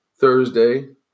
Thursday